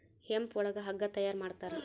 hemp ಒಳಗ ಹಗ್ಗ ತಯಾರ ಮಾಡ್ತಾರ